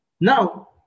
Now